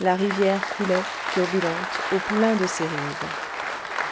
la rivière coulait turbulente au plein de ses rives